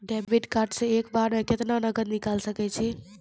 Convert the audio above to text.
Debit card से एक बार मे केतना नगद निकाल सके छी?